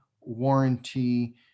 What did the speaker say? warranty